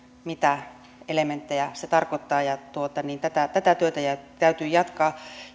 mitä elementtejä se tarkoittaa tätä tätä työtä täytyy jatkaa